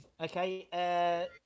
Okay